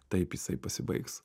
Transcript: taip jisai pasibaigs